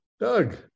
Doug